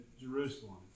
Jerusalem